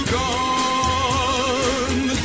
gone